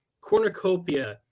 cornucopia